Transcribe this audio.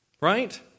Right